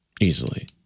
Easily